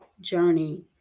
journey